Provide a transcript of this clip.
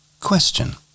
Question